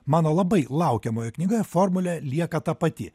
mano labai laukiamoje knygoje formulė lieka ta pati